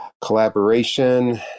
Collaboration